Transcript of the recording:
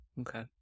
Okay